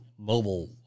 mobile